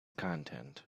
content